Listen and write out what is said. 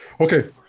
Okay